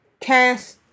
cast